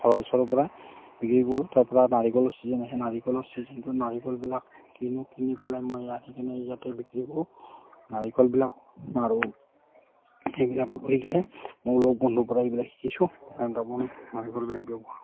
ঘৰৰ ওচৰপৰাই বিক্ৰী কৰোঁ তাৰপৰা নাৰিকলৰ চিজন আহে নাৰিকলৰ চিজনটোত নাৰিকলবিলাক কিনো কিনি পেলাই মই আনি কিনে ইয়াতে বিক্ৰী কৰোঁ নাৰিকলবিলাক আৰু এইবিলাক কৰি কিনে মই লগ বন্ধুৰপৰা এইবিলাক শিকিছোঁ কাৰণ তামোল নাৰিকলবিলাক